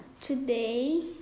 today